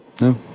No